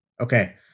Okay